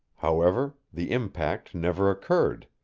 however, the impact never occurred.